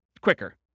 quicker